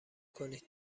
کنید